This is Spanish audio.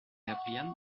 abrían